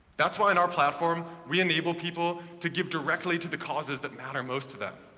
that's why, in our platform, we enable people to give directly to the causes that matter most to them.